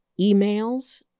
emails